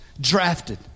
drafted